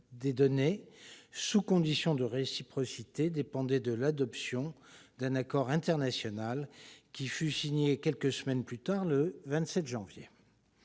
des données, sous condition de réciprocité, dépendait de l'adoption d'un accord international, qui fut signé quelques semaines plus tard, le 27 janvier